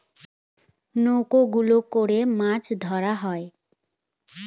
নৌকা গুলো করে মাছ ধরা হয়